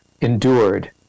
endured